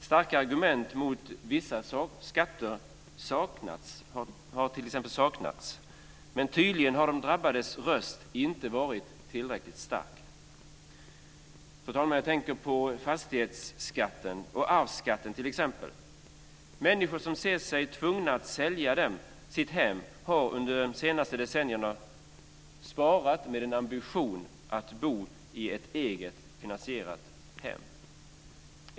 Starka argument mot vissa skatter har t.ex. inte saknats. Men tydligen har de drabbades röst inte varit tillräckligt stark. Fru talman! Jag tänker t.ex. på fastighetsskatten och arvsskatten. Människor ser sig tvungna att sälja sitt hem som de under de senaste decennierna sparat till med ambitionen att bo i ett eget finansierat hem.